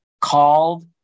called